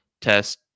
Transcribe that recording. test